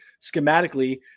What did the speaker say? schematically